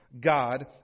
God